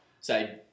say